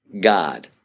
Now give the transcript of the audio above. God